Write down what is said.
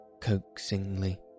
coaxingly